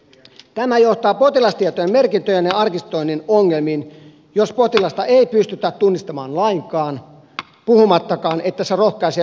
tämä johtaa potilastietojen merkintöjen ja arkistoinnin ongelmiin jos potilasta ei pystytä tunnistamaan lainkaan puhumattakaan että se rohkaisee laittomaan maahanmuuttoon pohjolan perukoille